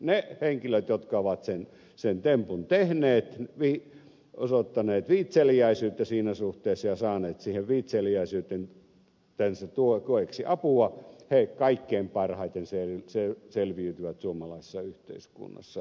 ne henkilöt jotka ovat sen tempun tehneet osoittaneet viitseliäisyyttä siinä suhteessa ja saaneet siihen viitseliäisyytensä tueksi apua kaikkein parhaiten selviytyvät suomalaisessa yhteiskunnassa